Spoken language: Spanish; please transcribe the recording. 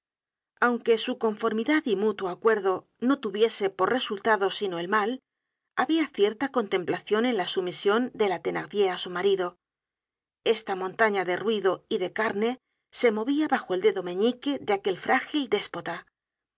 aunque su conformidad y mutuo acuerdo no tuviese por resultado sino el mal habia cierta contemplacion en la sumision de la thenardier á su marido esta montaña de ruido y de carne se movía bajo el dedo meñique de aquel frágil déspota